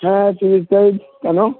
হ্যাঁ tourist guide hello